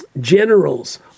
generals